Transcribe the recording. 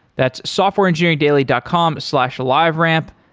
that's softwareengineeringdaily dot com slash liveramp.